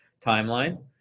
timeline